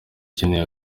ikeneye